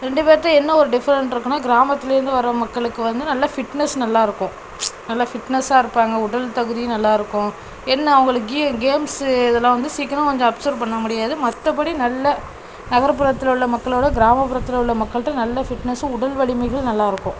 ரெண்டு பேர்ட என்ன ஒரு டிஃப்ரெண்ட் இருக்குதுன்னா கிராமத்துலேருந்து வர்ற மக்களுக்கு வந்து நல்ல ஃபிட்னஸ் நல்லா இருக்கும் நல்லா ஃபிட்னஸா இருப்பாங்க உடல்தகுதி நல்லா இருக்கும் என்ன அவர்களுக்கு கே கேம்ஸு இதெல்லாம் வந்து சீக்கிரம் கொஞ்சம் அப்ஸர்வ் பண்ண முடியாது மற்றபடி நல்ல நகரப்புறத்துலுள்ள மக்களோடு கிராமப்புறத்திலுள்ள மக்கள்கிட்ட நல்ல ஃபிட்னஸும் உடல் வலிமைகளும் நல்லா இருக்கும்